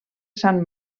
sant